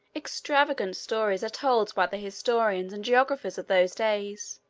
extravagant stories are told by the historians and geographers of those days,